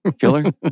Killer